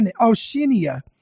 Oceania